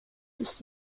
ist